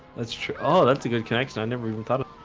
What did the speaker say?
that's true, oh that's a good connection. i never even thought